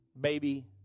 baby